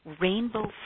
rainbow